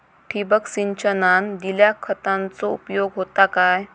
ठिबक सिंचनान दिल्या खतांचो उपयोग होता काय?